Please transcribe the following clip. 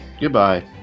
Goodbye